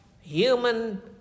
human